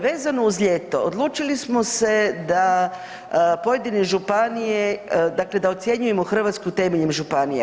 Vezano uz ljeto odlučili smo se da pojedine županije, dakle da ocjenjujemo Hrvatsku temeljem županija.